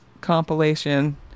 compilation